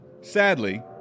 Sadly